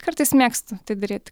kartais mėgstu tai daryti